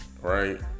right